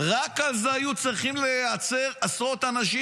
רק על זה היו צריכים להיעצר עשרות אנשים.